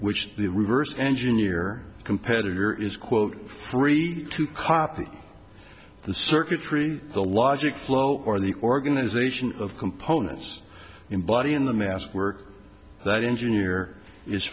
which the reverse engineer competitor is quote free to copy the circuitry the logic flow or the organization of components embodying the mass work that engineer is